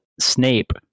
Snape